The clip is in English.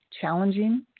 challenging